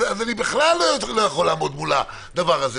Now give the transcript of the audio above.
אז אני בכלל לא יכול לעמוד מול הדבר הזה,